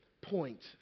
point